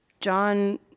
John